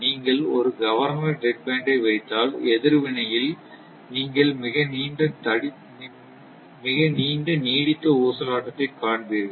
நீங்கள் ஒரு governor dead பேண்டை வைத்தால் எதிர்வினையில் நீங்கள் மிக நீண்ட நீடித்த ஊசலாட்டத்தைக் காண்பீர்கள்